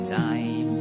time